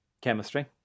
chemistry